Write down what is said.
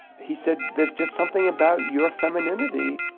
he said, there's just something about your femininity,